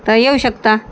तर येऊ शकता